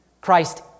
Christ